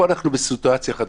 פה אנחנו בסיטואציה חדשה,